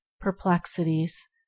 perplexities